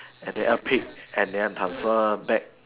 and than a pig and than transfer back